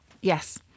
Yes